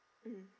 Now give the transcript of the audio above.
mm